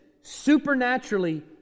supernaturally